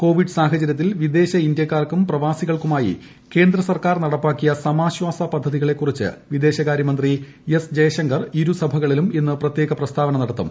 Covid സാഹചര്യത്തിൽ വിദേശ ഇന്ത്യക്കാർക്കും പ്രവാസികൾക്കുമായി കേന്ദ്ര സർക്കാൻ നടപ്പാക്കിയ സമാശ്വാസ പദ്ധതികളെ കുറിച്ച് വിദേശകാര്യമന്ത്രി എസ് ജയ്ശങ്കർ ഇരു സഭകളിലും ഇന്ന് പ്രത്യേക പ്രസ്താവന നടത്തും